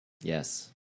Yes